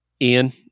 Ian